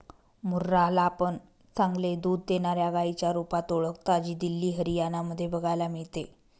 मुर्रा ला पण चांगले दूध देणाऱ्या गाईच्या रुपात ओळखता, जी दिल्ली, हरियाणा मध्ये बघायला मिळते